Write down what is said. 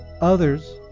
Others